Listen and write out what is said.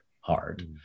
hard